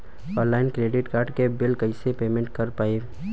Online credit card के bill कइसे payment कर पाएम?